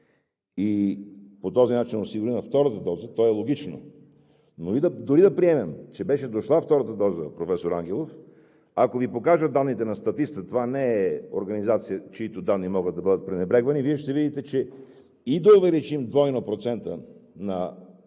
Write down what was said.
и по този начин е осигурена втората доза, е логично. Да приемем, че беше дошла втората доза, професор Ангелов, ако Ви покажа данните на статистиката, а това не е организация, чийто данни могат да бъдат пренебрегвани, Вие ще видите, че дори да увеличим двойно процента на